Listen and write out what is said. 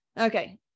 Okay